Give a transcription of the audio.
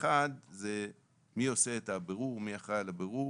אחד הוא מי עושה את הבירור, מי אחראי על הבירור,